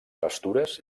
pastures